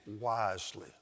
wisely